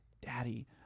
Daddy